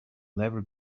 level